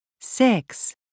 Six